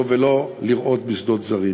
ולא לרעות בשדות זרים.